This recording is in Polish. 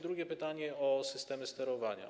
Drugie pytanie, o systemy sterowania.